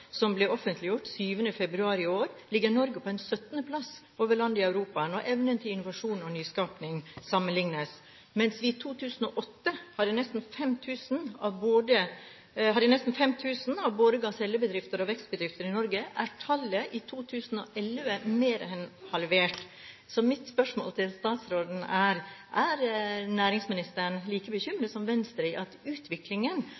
i Europa når evnen til innovasjon og nyskaping sammenlignes. Mens vi i 2008 hadde nesten 5 000 av både gasellebedrifter og vekstbedrifter i Norge, er tallet i 2011 mer enn halvert. Så mitt spørsmål til statsråden er: Er næringsministeren like